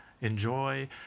Enjoy